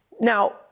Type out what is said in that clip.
Now